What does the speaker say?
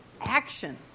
Action